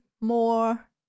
more